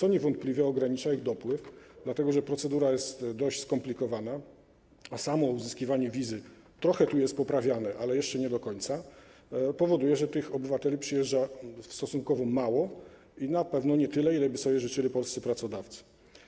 To niewątpliwie ogranicza ich dopływ, dlatego że procedura jest dość skomplikowana, a samo uzyskiwanie wizy - trochę to jest poprawiane, ale jeszcze nie do końca - powoduje, że tych obywateli przyjeżdża stosunkowo mało i na pewno nie tylu, ilu życzyliby sobie polscy pracodawcy.